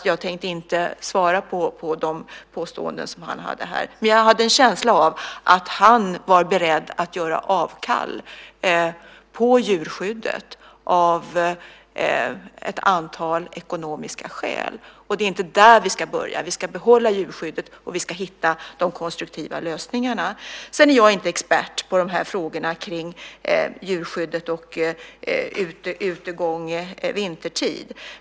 Jag tänkte inte svara på de påståenden han gjorde här. Men jag hade en känsla av att han var beredd att göra avkall på djurskyddet av ett antal ekonomiska skäl. Det är inte där vi ska börja. Vi ska behålla djurskyddet och hitta de konstruktiva lösningarna. Jag är inte expert på frågorna om djurskyddet och utegång vintertid.